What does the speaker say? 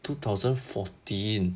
two thousand fourteen